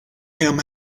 him